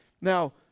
Now